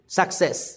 success